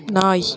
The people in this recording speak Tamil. நாய்